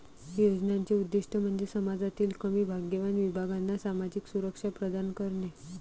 योजनांचे उद्दीष्ट म्हणजे समाजातील कमी भाग्यवान विभागांना सामाजिक सुरक्षा प्रदान करणे